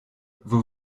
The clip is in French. vous